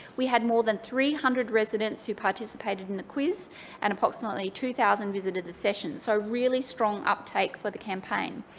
we had more than three hundred residents who participated in the quiz and approximately two thousand visited the session. so really strong uptake for the campaign.